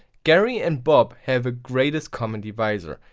gary and bob have a greatest common divisor.